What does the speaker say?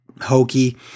hokey